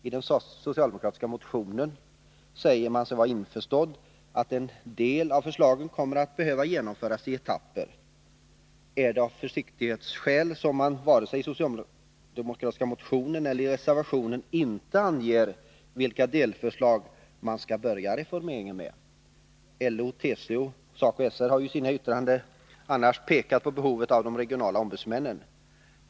I den socialdemokratiska motionen säger man sig vara införstådd med att en del av förslagen kan behöva genomföras i etapper. Är det av försiktighetsskäl som man vare sig i socialdemokraternas motion eller i deras reservation inte anger vilka delförslag som man skall börja reformeringen med? LO, TCO och SACO/SR har annars i sina yttranden pekat på behovet av regionala ombudsmän.